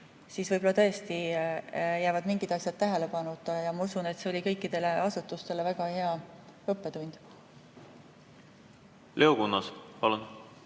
siis võib-olla tõesti jäävad mingid asjad tähelepanuta. Ma usun, et see oli kõikidele asutustele väga hea õppetund. Aitäh,